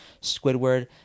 Squidward